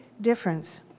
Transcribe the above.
difference